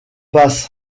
passe